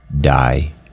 die